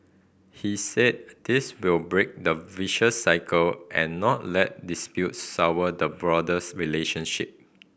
he said this break the vicious cycle and not let disputes sour the broader relationship